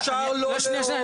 אפשר שאלה,